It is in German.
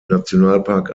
nationalpark